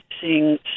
seeing